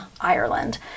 Ireland